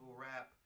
rap